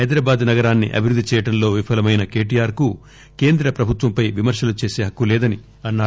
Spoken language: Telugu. హైదరాబాద్ నగరాన్ని అభివృద్ధి చేయడంలో విఫలమైన కేటీఆర్ కు కేంద్ర ప్రభుత్వంపై విమర్సలు చేసీ హక్కు లేదని అన్నారు